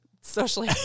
socially